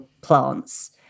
plants